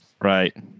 Right